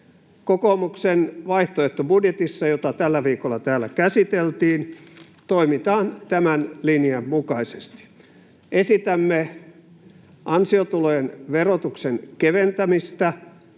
Kokoomuksen vaihtoehtobudjetissa, jota tällä viikolla täällä käsiteltiin, toimitaan tämän linjan mukaisesti. Esitämme ansiotulojen verotuksen keventämistä